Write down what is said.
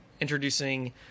introducing